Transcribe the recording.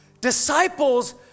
Disciples